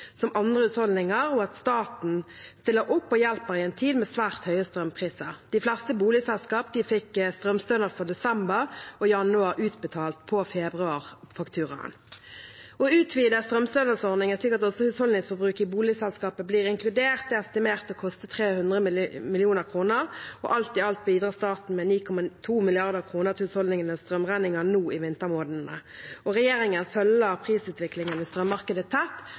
som andre husholdninger, og at staten stiller opp og hjelper i en tid med svært høye strømpriser. De fleste boligselskaper fikk strømstønad for desember og januar utbetalt på februarfakturaen. Å utvide strømstønadsordningen slik at også husholdningsforbruk i boligselskaper blir inkludert, er estimert å koste 300 mill. kr, og alt i alt bidrar staten med 9,2 mrd. kr til husholdningenes strømregninger nå i vintermånedene. Regjeringen følger prisutviklingen i strømmarkedet tett,